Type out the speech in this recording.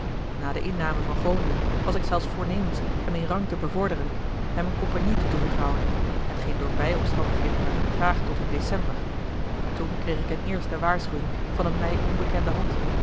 na de inname van groningen was ik zelfs voornemens hem in rang te bevorderen hem een compagnie toe te vertrouwen hetgeen door bijomstandigheden werd vertraagd tot in december toen kreeg ik eene eerste waarschuwing van eene mij onbekende hand